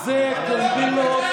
תתבייש לך.